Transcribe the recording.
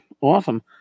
awesome